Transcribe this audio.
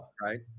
right